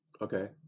okay